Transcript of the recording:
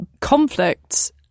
conflicts